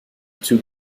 two